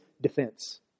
defense